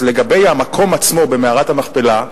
אז לגבי המקום עצמו במערת המכפלה,